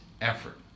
effort